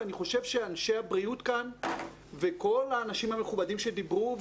אני חושב שאנשי הבריאות כאן וכל האנשים המכובדים שדיברו,